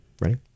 Ready